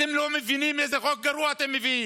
אתם לא מבינים איזה חוק גרוע אתם מביאים.